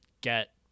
get